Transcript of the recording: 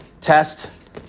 test